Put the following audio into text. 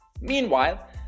Meanwhile